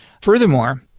Furthermore